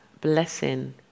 blessing